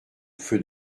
feu